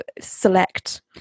select